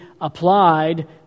applied